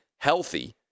healthy